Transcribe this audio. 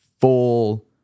full